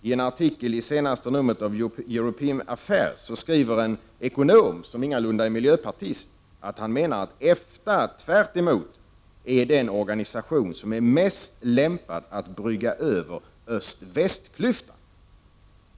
Ien artikel i senaste numret av European Affairs skriver en ekonom, ingalunda en miljöpartist, att EFTA tvärtom är den organisation som är mest lämpad att brygga över öst-väst-klyftan.